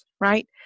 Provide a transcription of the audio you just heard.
right